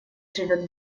живет